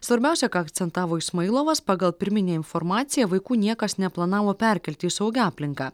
svarbiausia ką akcentavo ismailovas pagal pirminę informaciją vaikų niekas neplanavo perkelti į saugią aplinką